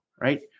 right